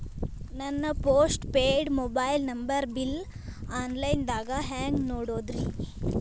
ನನ್ನ postpaid mobile number bill, online ದಾಗ hang ನೋಡೋದ್ರಿ?